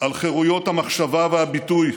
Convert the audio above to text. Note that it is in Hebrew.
על חירויות המחשבה והביטוי,